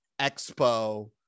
Expo